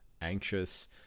anxious